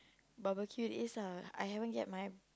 barbecue is lah I haven't get my